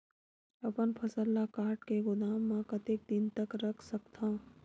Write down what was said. अपन फसल ल काट के गोदाम म कतेक दिन तक रख सकथव?